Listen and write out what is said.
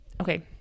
Okay